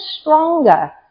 stronger